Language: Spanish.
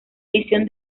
edición